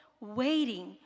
waiting